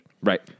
Right